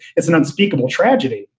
it's an unspeakable tragedy.